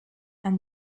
and